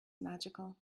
magical